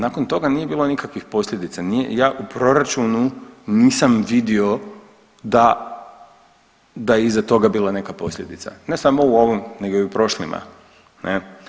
Nakon toga nije bilo nikakvih posljedica, ja u proračunu nisam vidio da je iza toga bila neka posljedica ne samo u ovom nego i u prošlima.